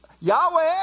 Yahweh